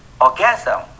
orgasm